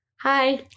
Hi